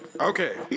Okay